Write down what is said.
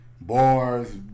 bars